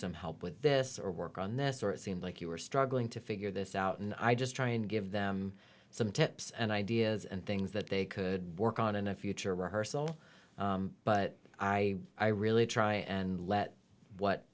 some help with this or work on this or it seemed like you were struggling to figure this out and i just try and give them some tips and ideas and things that they could work on in a future rehearsal but i i really try and let what